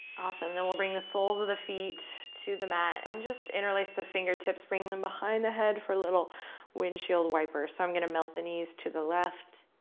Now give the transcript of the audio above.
awesome. then we'll bring the soles of the feet to the mat and just interlace the fingertips, bringing them behind the head for a little windshield wipers. so, i'm going to melt the knees to the left,